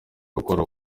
gukora